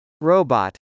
Robot